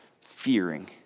fearing